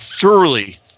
thoroughly